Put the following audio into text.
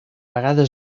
vegada